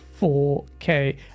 4k